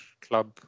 club